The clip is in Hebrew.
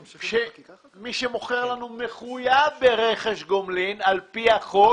מי שמוכר לנו מחויב ברכש גומלין על פי החוק.